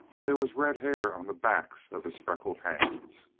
and there was red hair on the backs of his freckled hands.